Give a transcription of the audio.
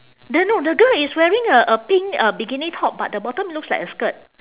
then no the girl is wearing a a pink uh bikini top but the bottom looks like a skirt